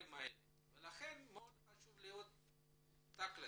לכן מאוד חשוב להיות תכל'ס.